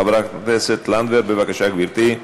חברת הכנסת לנדבר, בבקשה, גברתי.